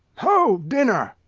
ho, dinner!